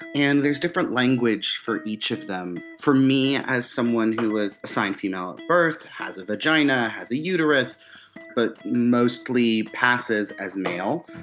and there's different language for each of them. for me as someone who was assigned female at birth and has a vagina has a uterus but mostly passes as male,